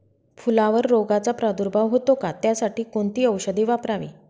फुलावर रोगचा प्रादुर्भाव होतो का? त्यासाठी कोणती औषधे वापरावी?